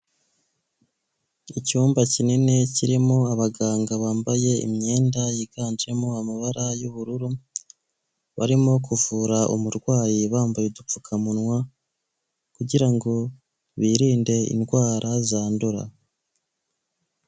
Icyumba kinini kirimo abaganga bambaye imyenda yiganjemo amabara y'ubururu, barimo kuvura umurwayi bambaye udupfukamunwa, kugira ngo birinde indwara zandura.